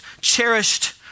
cherished